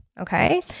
Okay